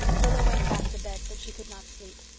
rilla went back to bed but she could not sleep.